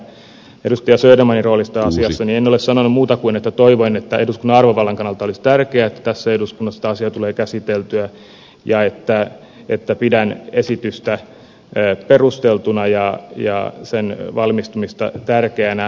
södermanin roolista asiassa niin en ole sanonut muuta kuin sen että toivoin että eduskunnan arvovallan kannalta olisi tärkeää että tässä eduskunnassa tämä asia tulee käsiteltyä ja että pidän esitystä perusteltuna ja sen valmistumista tärkeänä